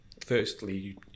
firstly